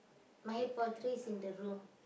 my portrait's in the room